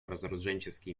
разоруженческий